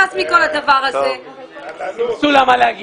הוא מסיים, מה את רוצה?